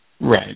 Right